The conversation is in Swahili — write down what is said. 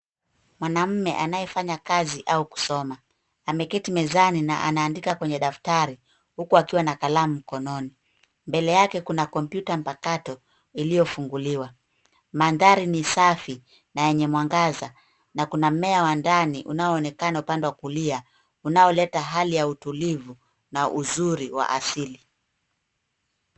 Mwanamume anayefanya kazi au kusoma. Ameketi mezani na anaandika kwenye daftari huku akiwa na kalamu mkononi. Mbele yake kuna kompyuta mpakato iliyofunguliwa. Mandhari ni safi na yenye mwangaza na kuna mmea wa ndani unaoonekana upande wa kulia unaoleta hali ya utulivu na uzuri wa asili.